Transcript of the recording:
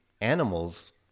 animals